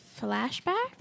Flashback